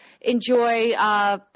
enjoy –